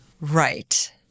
Right